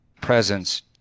presence